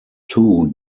two